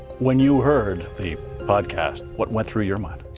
when you heard the podcast, what went through your mind?